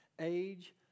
Age